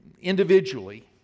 individually